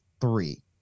three